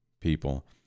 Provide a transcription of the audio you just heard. people